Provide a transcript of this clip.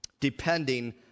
depending